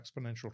Exponential